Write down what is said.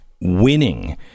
winning